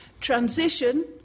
Transition